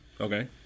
Okay